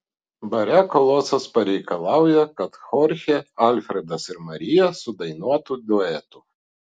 bare kolosas pareikalauja kad chorchė alfredas ir marija sudainuotų duetu